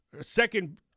second